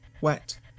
Wet